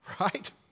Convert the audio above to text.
Right